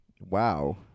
Wow